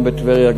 גם בטבריה,